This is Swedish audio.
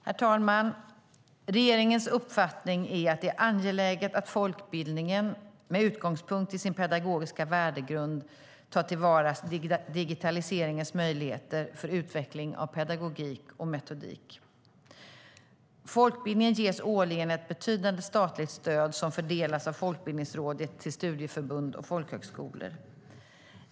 Herr talman! Regeringens uppfattning är att det är angeläget att folkbildningen med utgångspunkt i sin pedagogiska värdegrund tar till vara digitaliseringens möjligheter för utveckling av pedagogik och metodik. Folkbildningen ges årligen ett betydande statligt stöd som fördelas av Folkbildningsrådet till studieförbund och folkhögskolor.